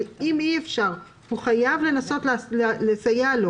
אבל אם אי אפשר, הוא חייב לנסות לסייע לו